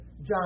John